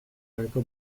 gabeko